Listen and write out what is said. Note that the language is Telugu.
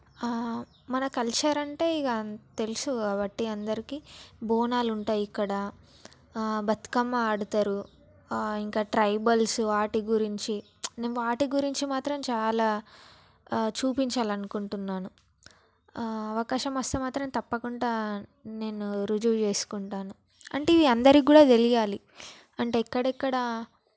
మన కల్చర్ అంటే ఇక తెలుసు కాబట్టి అందరికీ బోనాలు ఉంటాయి ఇక్కడ బతుకమ్మ ఆడతారు ఇంకా ట్రైబల్స్ వాటి గురించి నేను వాటి గురించి మాత్రం చాలా చూపించాలి అనుకుంటున్నాను అవకాశం వస్తే మాత్రం తప్పకుండా నేను రుజువు చేసుకుంటాను అంటే ఇవి అందరికీ కూడా తెలియాలి అంటే ఎక్కడ అక్కడ